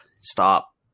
stop